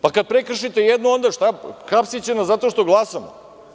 Pa, kad prekršite jednu, onda šta, hapsiće nas zato što glasamo?